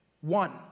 One